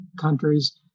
countries